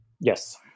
Yes